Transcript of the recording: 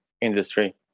industry